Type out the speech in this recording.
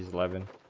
eleven